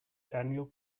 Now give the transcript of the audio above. daniel